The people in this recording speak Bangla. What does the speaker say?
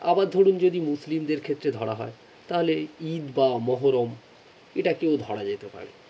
আবার ধরুন যদি মুসলিমদের ক্ষেত্রে ধরা হয় তাহলে ঈদ বা মহরম এটাকেও ধরা যেতে পারে